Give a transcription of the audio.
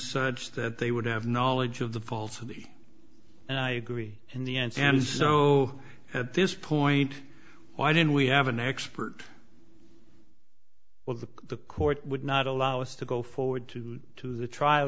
such that they would have knowledge of the falsity and i agree in the end and so at this point why didn't we have an expert well that the court would not allow us to go forward to to the trial